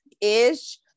ish